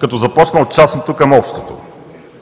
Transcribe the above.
като започна от частното към общото.